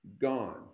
gone